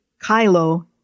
Kylo